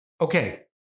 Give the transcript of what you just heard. Okay